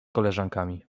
koleżankami